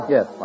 Yes